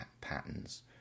patterns